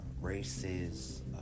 races